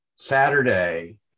Saturday